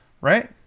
right